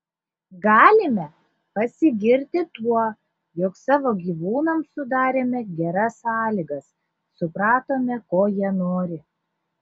galime pasigirti tuo jog savo gyvūnams sudarėme geras sąlygas supratome ko jie nori